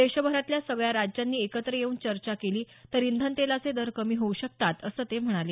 देशभरातल्या सगळ्या राज्यांनी एकत्र येऊन चर्चा केली तर इंधन तेलाचे दर कमी होऊ शकतात असं ते म्हणाले